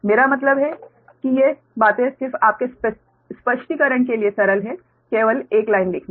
मेरा मतलब है कि ये बातें सिर्फ आपके स्पष्टीकरण के लिए सरल हैं केवल एक लाइन लिखना